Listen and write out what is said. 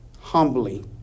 humbly